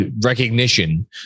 recognition